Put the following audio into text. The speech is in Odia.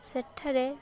ସେଠାରେ